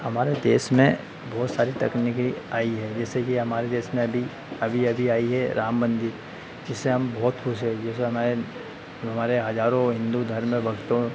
हमारे देश में बहुत सारी तकनीकी आई है जैसे कि हमारे देश में अभी अभी अभी आई है राम मन्दिर इससे हम बहुत खुश है जैसे हमारे जो हमारे हज़ारों हिन्दू धर्म में भक्तों